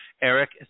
Eric